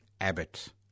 Abbott